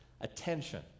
attention